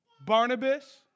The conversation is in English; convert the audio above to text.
Barnabas